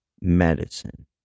Medicine